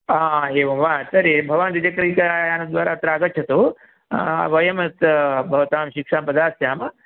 आ एवं वा तर्हि भवान् द्विचक्रिकायानद्वारा अत्र आगच्छतु वयं अत्र भवतां शिक्षां प्रदास्यामः